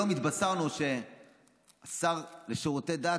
היום התבשרנו שהשר לשירותי דת,